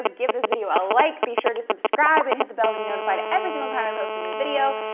give this video a like, be sure to subscribe and hit the bell to be notified every single time i post a new video,